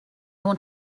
want